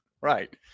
Right